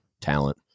talent